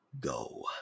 go